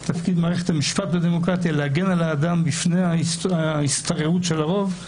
ותפקיד מערכת המשפט בדמוקרטיה הוא להגן על האדם בפני ההשתררות של הרוב,